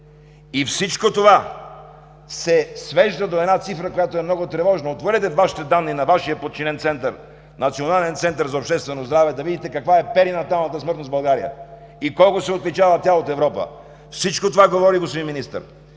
Всичко това се свежда до една цифра, която е много тревожна. Отворете Вашите данни на Вашия подчинен център – Национален център за обществено здраве, за да видите каква е перинаталната смъртност в България и колко се отличава тя от Европа! Всичко това, господин Министър,